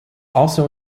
also